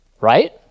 Right